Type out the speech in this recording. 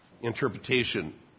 interpretation